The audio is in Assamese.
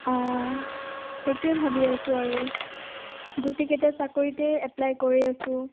অঁ সেইটোৱে ভাবি আছোঁ আৰু গোটেই কেইটা চাকৰিতে এপ্পলাই কৰি আছোঁ